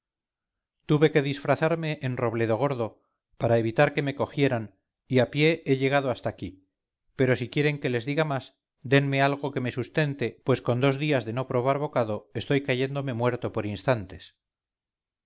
tuve que disfrazarme en roblegordo para evitar que me cogieran y a pie he llegado hasta aquí pero si quieren que les diga más denme algo que me sustente pues con dos días de no probar bocado estoy cayéndome muerto por instantes